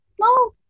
no